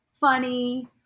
funny